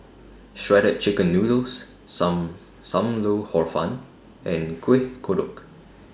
Shredded Chicken Noodles SAM SAM Lau Hor Fun and Kueh Kodok